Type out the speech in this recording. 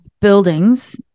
buildings